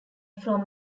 from